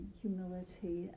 humility